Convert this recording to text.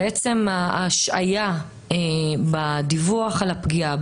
בעצם ההשהיה בדיווח על הפגיעה,